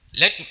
let